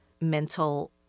mental